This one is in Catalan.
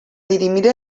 dirimir